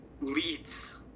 leads